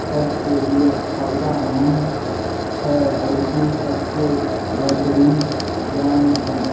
سب کے لیے فائدہ مند ہے اردو سب سے بہترین گیان ہے